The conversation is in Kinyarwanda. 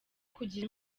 kugira